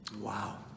Wow